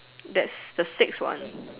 that's the six one